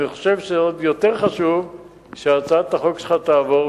אני חושב שעוד יותר חשוב שהצעת החוק שלך תעבור.